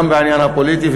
גם בעניין הפוליטי,